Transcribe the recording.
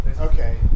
Okay